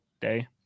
day